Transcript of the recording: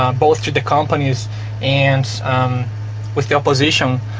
um both to the companies and with the opposition.